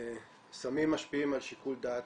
סמים משפיעים על שיקול דעת.